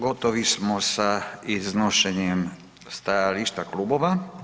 Gotovi smo sa iznošenjem stajališta klubova.